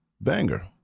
banger